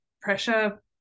pressure